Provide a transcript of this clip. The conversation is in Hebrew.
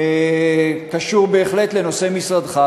קשור בהחלט לנושא משרדך,